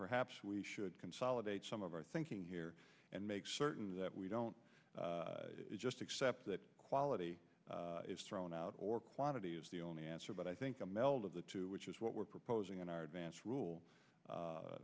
perhaps we should consolidate some of our thinking here and make certain that we don't just accept that quality is thrown out or quantity is the only answer but i think a meld of the two which is what we're proposing in our advanced rule